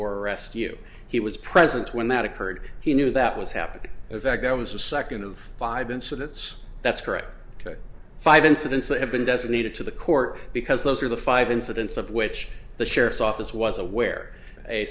you he was present when that occurred he knew that was happening is that there was a second of five incidents that's correct five incidents that have been designated to the court because those are the five incidents of which the sheriff's office was aware a